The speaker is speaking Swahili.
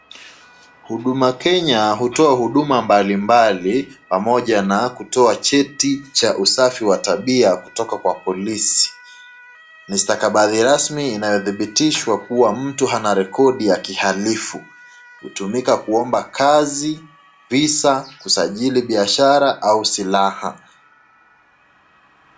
Huduma Kenya hutoa huduma mbalimbali pamoja na kutoa cheti cha usafi wa tabia kutoka kwa polisi. Ni stakabadhi rasmi inadhibitisha kua mtu ana rekodi ya kihalifu. Hutumika kuomba kazi, Visa, usajili biashara au silaha.